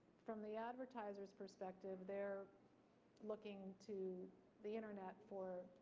from the advertiser's perspective, they're looking to the internet for